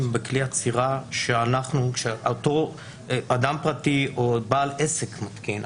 בתוך כלי אצירה שאדם פרטי או בעל עסק מתקינים.